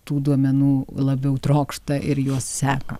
tų duomenų labiau trokšta ir juos seka